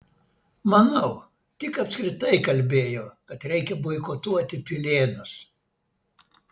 manau tik apskritai kalbėjau kad reikia boikotuoti pilėnus